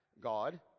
God